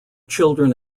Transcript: children